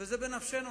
וזה בנפשנו.